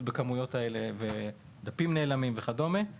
בכמויות האלה עם הדפים שנעלמים וכדומה;